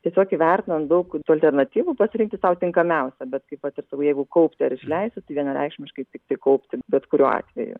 tiesiog įvertinant daug alternatyvų pasirinkti sau tinkamiausią bet kaio pati sakau jeigu kaupti ar išleisti tai vienareikšmiškai tiktai kaupti bet kuriuo atveju